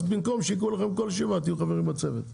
אז במקום שיקראו לכם כל ישיבה תהיו חברים בצוות.